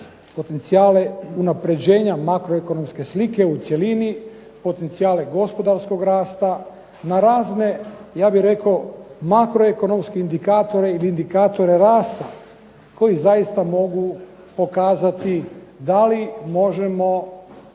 potencijale unapređenja makroekonomske slike u cjelini, potencijale gospodarskog rasta, na razne ja bih rekao makroekonomske indikatore i indikatore rasta koji zaista mogu pokazati da li možemo